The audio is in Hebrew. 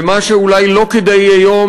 ומה שאולי לא כדאי היום,